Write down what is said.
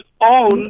own